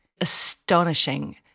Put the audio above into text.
astonishing